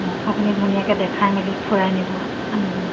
অঁ আপুনি ধুনীয়াকৈ দেখাই মেলি ফুৰাই নিব